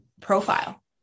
profile